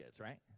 right